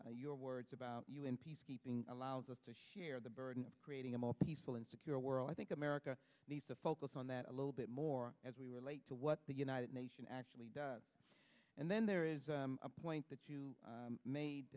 example your words about un peacekeeping allows us to share the burden of creating a more peaceful and secure world i think america needs to focus on that a little bit more as we relate to what the united nation actually does and then there is a point that you made